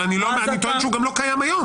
אבל אני טוען שהוא גם לא קיים היום.